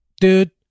Dude